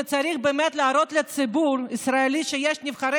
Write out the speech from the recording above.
כשצריך להראות לציבור הישראלי שיש נבחרי